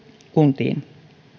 kuntiin